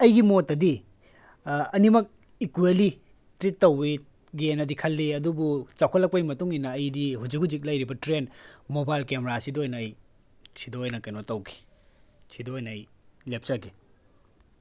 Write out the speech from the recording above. ꯑꯩꯒꯤ ꯃꯣꯠꯇꯗꯤ ꯑꯅꯤꯃꯛ ꯏꯀ꯭ꯋꯦꯂꯤ ꯇ꯭ꯔꯤꯠ ꯇꯧꯏ ꯒꯦꯅꯗꯤ ꯈꯜꯂꯤ ꯑꯗꯨꯕꯨ ꯆꯥꯎꯈꯠꯂꯛꯄꯒꯤ ꯃꯇꯨꯡ ꯏꯟꯅ ꯑꯩꯗꯤ ꯍꯧꯖꯤꯛ ꯍꯧꯖꯤꯛ ꯂꯩꯔꯤꯕ ꯇ꯭ꯔꯦꯟ ꯃꯣꯕꯥꯏꯜ ꯀꯦꯃꯦꯔꯥꯁꯤꯗ ꯑꯣꯏꯅ ꯑꯩ ꯁꯤꯗ ꯑꯣꯏꯅ ꯀꯩꯅꯣ ꯇꯧꯈꯤ ꯁꯤꯗ ꯑꯣꯏꯅ ꯑꯩ ꯂꯦꯞꯆꯈꯤ